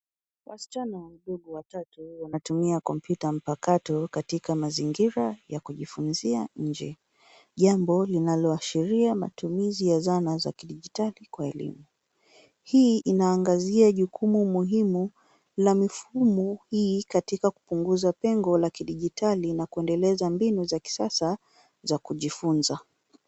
Wasichana wadogo watatu wanatumia kompyuta mpakato katika mazingira ya kujifunzia nje. Jambo linaloashiria matumizi ya zana za kidijitali kwa elimu. Hii inaangazia jukumu muhimu la mifumo hii katika kupunguza pengo la kidijitali na kuendeleza mbinu za kisasa za kujifunza.